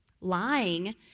Lying